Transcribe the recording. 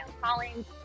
collins